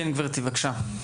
כן, גברתי, בבקשה.